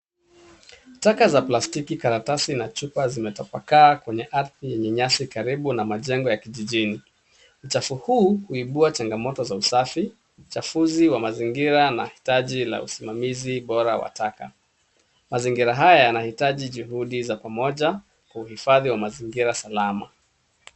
Taka za plastiki, karatasi na chupa zimetapakaa kwenye ardhi yenye nyasi karibu na majengo ya kijijini. Uchafu huu huibua changamoto za usafi, uchafuzi wa mazingira na hitaji la usimamizi bora wa taka. Mazingira haya yanahitaji juhudi za pamoja kwa uhifadhi wa mazingira salama.